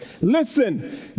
Listen